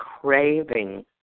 craving